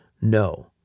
no